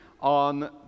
on